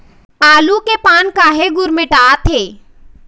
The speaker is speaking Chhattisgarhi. आलू के पान काहे गुरमुटाथे?